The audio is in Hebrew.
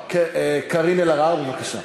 קארין אלהרר, בבקשה.